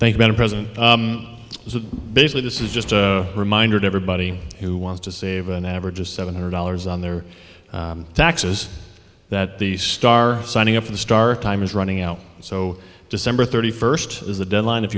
thank better president basically this is just a reminder to everybody who wants to save an average of seven hundred dollars on their taxes that the star signing up for the start time is running out so december thirty first is the deadline if